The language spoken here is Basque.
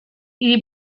idi